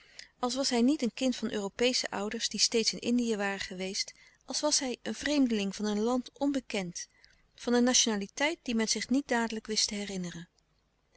als was hij niet een kind van europeesche ouders die steeds in indië waren geweest als was hij een vreemde ling van een land onbekend van een nationaliteit die men zich niet dadelijk wist te herinneren